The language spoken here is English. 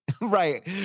Right